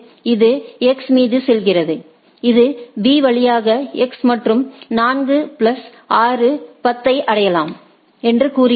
இது X மீது செல்கிறது இது B வழியாக X மற்றும் 4 பிளஸ் 6 10 ஐ அடையலாம் என்று கூறுகிறது